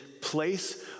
place